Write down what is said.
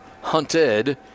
hunted